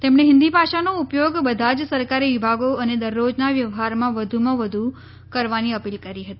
તેમણે હિંદી ભાષાનો ઉપયોગ બધા જ સરકારી વિભાગો અને દરરોજના વ્યવહારમાં વધુમાં વધુ કરવાની અપીલ કરી હતી